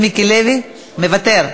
מוותרת.